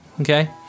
okay